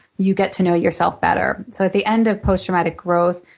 you get to know yourself better. so at the end of post-traumatic growth,